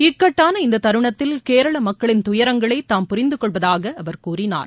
இக்கட்டான இந்தத் தருணத்தில் கேரள மக்களின் தயரங்களை தாம் புரிந்தகொள்வதாக அவர் கூறினார்